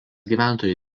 gyventojų